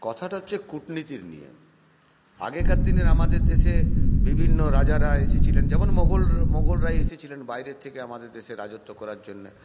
কথাটা হচ্ছে কূটনীতির নিয়ে আগেকার দিনে আমাদের দেশে বিভিন্ন রাজারা এসেছিলেন যেমন মোঘলরামোঘলরা এসেছিলেন বাইরের থেকে আমাদের দেশে রাজত্ব করার জন্যে